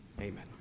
Amen